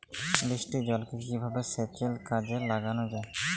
বৃষ্টির জলকে কিভাবে সেচের কাজে লাগানো য়ায়?